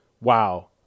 Wow